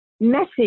message